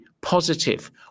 positive